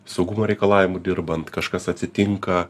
saugumo reikalavimų dirbant kažkas atsitinka